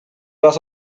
raz